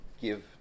give